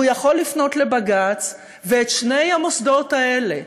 והוא יכול לפנות לבג"ץ, ואת שני המוסדות האלה,